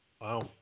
wow